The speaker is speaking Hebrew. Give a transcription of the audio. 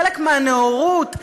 חלק מהנאורות,